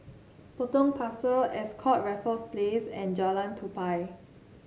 Potong Pasir Ascott Raffles Place and Jalan Tupai